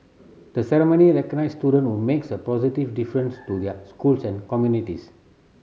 the ceremony recognises student who makes a positive difference to their schools and communities